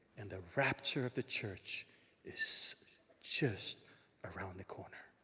and the rapture of the church is just around the corner.